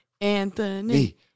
Anthony